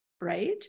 Right